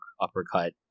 uppercut